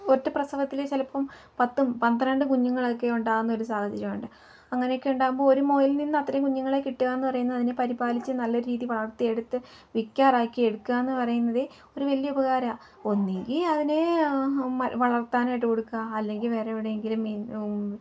ഒറ്റ പ്രസവത്തിൽ ചിലപ്പം പത്തും പന്ത്രണ്ട് കുഞ്ഞുങ്ങളൊക്കെ ഉണ്ടാകുന്ന ഒരു സാഹചര്യമുണ്ട് അങ്ങനെയൊക്കെ ഉണ്ടാകുമ്പോൾ ഒരു മുയലിൽ നിന്ന് അത്രയും കുഞ്ഞുങ്ങളെ കിട്ടുകയെന്നു പറയുന്നത് അതിനെ പരിപാലിച്ച് നല്ല രീതിയിൽ വളർത്തിയെടുത്ത് വിക്കാറാക്കി എടുക്കുകയെന്നു പറയുന്നത് ഒരു വലിയ ഉപകാരമാണ് ഒന്നെങ്കിൽ അതിനെ വളർത്താനായിട്ട് കൊടുക്കുക അല്ലെങ്കിൽ വേറെ എവിടെയെങ്കിലും